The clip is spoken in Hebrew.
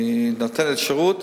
היא נותנת שירות,